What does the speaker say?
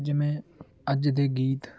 ਜਿਵੇਂ ਅੱਜ ਦੇ ਗੀਤ